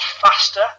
faster